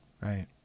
Right